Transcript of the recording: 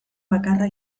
bakarra